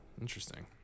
Interesting